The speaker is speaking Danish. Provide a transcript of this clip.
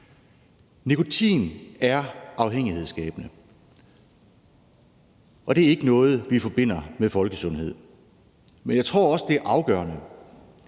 Nikotin er afhængighedsskabende, og det er ikke noget, vi forbinder med folkesundhed. Men jeg tror også, det er afgørende,